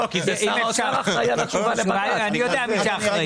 כי שר האוצר אחראי על התשובה של --- אני יודע מי הוא האחראי.